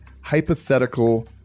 hypothetical